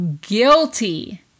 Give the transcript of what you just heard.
guilty